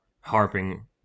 harping